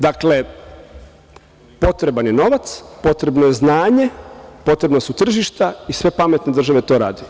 Dakle, potreban je novac, potrebno je znanje, potrebna su tržišta i sve pametne države to rade.